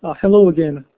ah hello again.